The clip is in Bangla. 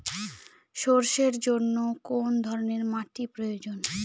সরষের জন্য কোন ধরনের মাটির প্রয়োজন?